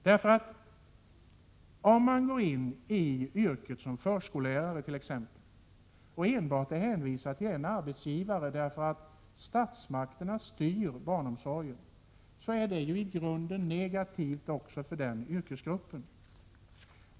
Om man t.ex. går in i yrket som förskollärare och enbart är hänvisad till en enda arbetsgivare därför att statsmakterna styr barnomsorgen, så är det i grunden negativt för denna yrkesgrupp.